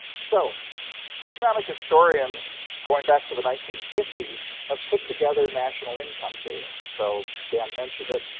so economic historians, going back to the nineteen fifty s, have put together national income data. so dan mentioned it.